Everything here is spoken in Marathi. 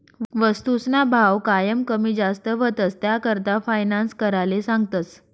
वस्तूसना भाव कायम कमी जास्त व्हतंस, त्याकरता फायनान्स कराले सांगतस